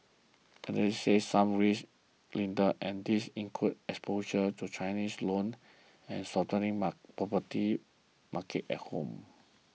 analysts say some risks linger and these include exposure to Chinese loans and a softening property market at home